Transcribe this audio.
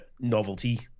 novelty